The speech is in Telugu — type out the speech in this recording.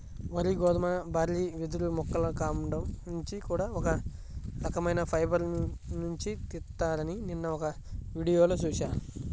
వరి, గోధుమ, బార్లీ, వెదురు మొక్కల కాండం నుంచి కూడా ఒక రకవైన ఫైబర్ నుంచి తీత్తారని నిన్న ఒక వీడియోలో చూశా